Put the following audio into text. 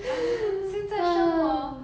I mean 现在生活